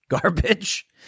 garbage